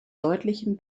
deutlichen